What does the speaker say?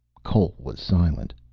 cole was silent.